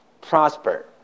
prosper